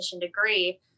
degree